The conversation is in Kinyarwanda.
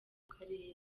karere